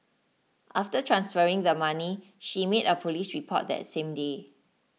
after transferring the money she made a police report that same day